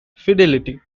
fidelity